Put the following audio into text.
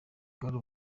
bwari